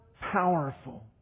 powerful